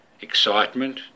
excitement